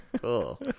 Cool